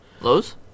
Lowe's